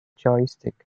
joystick